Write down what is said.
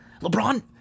LeBron